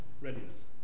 readiness